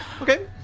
Okay